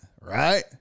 Right